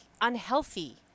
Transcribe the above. unhealthy